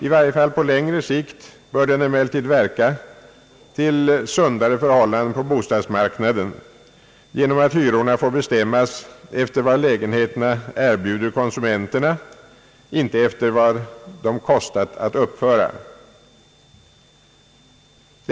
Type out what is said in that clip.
I varje fall på längre sikt bör den emellertid verka för sundare förhållanden på bostadsmarknaden genom att hyrorna får bestämmas efter vad lägenheterna erbjuder konsumenterna och icke efter vad de kostat att uppföra.